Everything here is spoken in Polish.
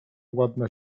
ładna